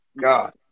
God